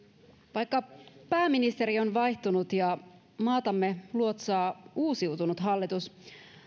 vaikka pääministeri on vaihtunut ja maatamme luotsaa uusiutunut hallitus